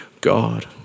God